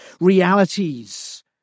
realities